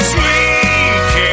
Sweet